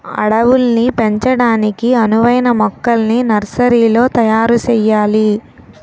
అడవుల్ని పెంచడానికి అనువైన మొక్కల్ని నర్సరీలో తయారు సెయ్యాలి